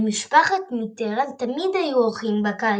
למשפחת מיטראן תמיד היו אורחים בקיץ,